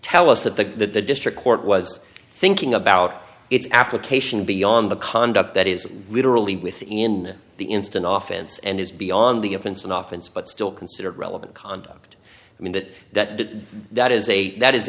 tell us that the that the district court was thinking about its application beyond the conduct that is literally within the instant often and is beyond the offense and often is but still considered relevant conduct i mean that that that that is a that